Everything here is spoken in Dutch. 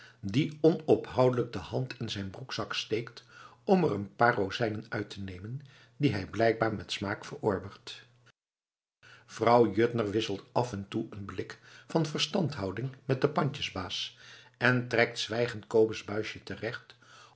die onophoudelijk de hand in zijn broekzak steekt om er een paar rozijnen uit te nemen die hij blijkbaar met smaak verorbert vrouw juttner wisselt af en toe een blik van verstandhouding met den pandjesbaas en trekt zwijgend kobus buisje terecht